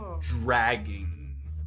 dragging